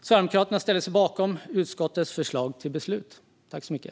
Sverigedemokraterna ställer sig bakom utskottets förslag till beslut.